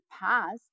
past